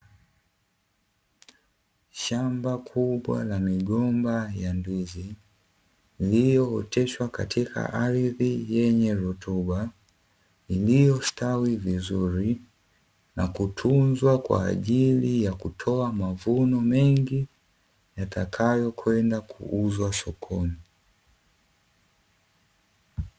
Shamba kubwa la migomba ya ndizi iliyooteshwa katika ardhi yenye rutuba iliyostawi vizuri na kutunzwa kwa ajili ya kutoa mavuno mengi yatakayokwenda kuuzwa sokoni.